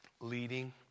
leading